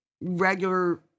regular